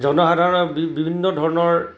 জনসাধাৰণে বি বিভিন্ন ধৰণৰ